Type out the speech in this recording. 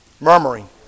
murmuring